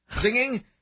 singing